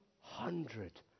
hundred